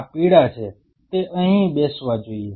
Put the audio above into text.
આ પીળા છે તે અહીં બેસવા જોઈએ